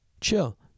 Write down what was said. Chill